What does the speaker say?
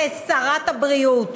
כשרת הבריאות: